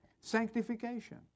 sanctification